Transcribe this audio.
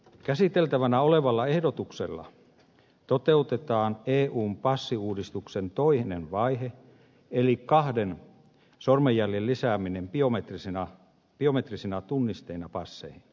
käsiteltävänä olevalla ehdotuksella toteutetaan eun passiuudistuksen toinen vaihe eli kahden sormenjäljen lisääminen biometrisinä tunnisteina passeihin